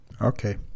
Okay